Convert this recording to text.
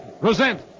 present